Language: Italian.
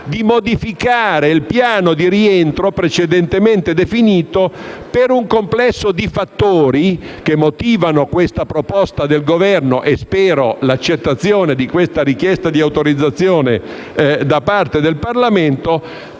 di modificare il piano di rientro precedentemente definito per un complesso di fattori che motivano questa proposta del Governo e spero l'accettazione della richiesta di autorizzazione da parte del Parlamento.